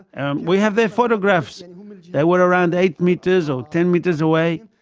and we have their photographs, and they were around eight metres or ten metres away.